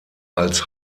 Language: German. als